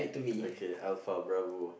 okay alpha bravo